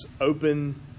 open